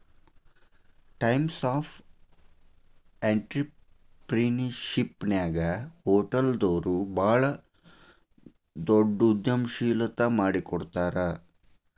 types of ಎನ್ಟ್ರಿಪ್ರಿನಿಯರ್ಶಿಪ್ನ್ಯಾಗ ಹೊಟಲ್ದೊರು ಭಾಳ್ ದೊಡುದ್ಯಂಶೇಲತಾ ಮಾಡಿಕೊಡ್ತಾರ